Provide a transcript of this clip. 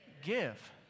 give